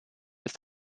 ist